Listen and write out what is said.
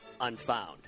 unfound